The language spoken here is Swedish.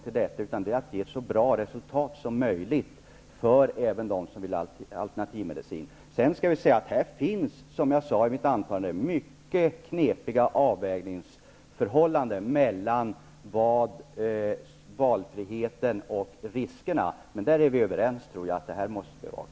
Det är i stället så att vi vill ha så bra resultat som möjligt, även för dem som vill ha alternativmedicin. Som jag sade i mitt anförande finns här mycket knepiga avvägningsfrågor mellan valfriheten och riskerna. Jag tror att vi är överens om att det måste bevakas.